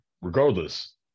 regardless